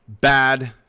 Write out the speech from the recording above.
bad